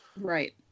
Right